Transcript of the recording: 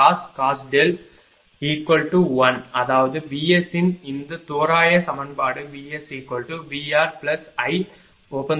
0 அதாவது Vs இன் இந்த தோராய சமன்பாடு VSVRIrcos xsin